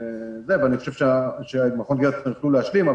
ואני חושב שמכון "גרטנר" יוכלו להשלים אבל